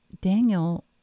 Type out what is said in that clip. daniel